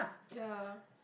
ya